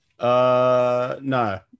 No